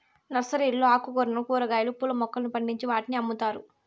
నర్సరీలలో ఆకుకూరలను, కూరగాయలు, పూల మొక్కలను పండించి వాటిని అమ్ముతారు